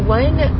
one